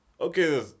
Okay